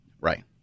Right